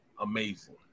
amazing